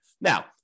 Now